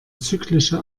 zyklische